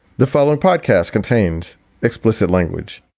the following podcast contains explicit language